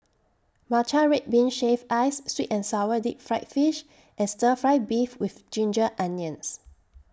Matcha Red Bean Shaved Ice Sweet and Sour Deep Fried Fish and Stir Fry Beef with Ginger Onions